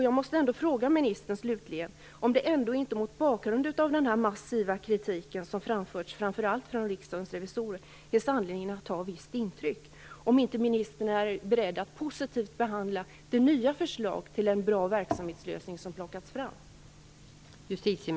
Jag måste slutligen fråga ministern om det ändå inte, mot bakgrund av den massiva kritik som framförts framför allt från Riksdagens revisorer, finns anledning att ta visst intryck och om hon är beredd att positivt behandla det nya förslag till en bra verksamhetslösning som plockats fram.